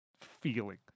feeling